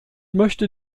möchte